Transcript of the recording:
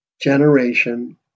Generation